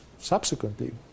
Subsequently